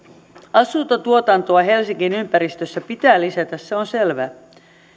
asuntotuotantoa helsingin ympäristössä pitää lisätä se on selvä